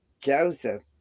Joseph